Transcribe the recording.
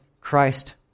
Christ